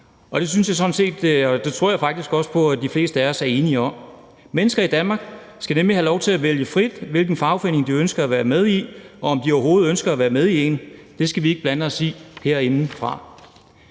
Det tror jeg faktisk også de fleste af os er enige om. Mennesker i Danmark skal nemlig have lov til frit at vælge, hvilken fagforening de ønsker at være med i, og om de overhovedet ønsker at være med i en. Det skal vi ikke blande os i herindefra.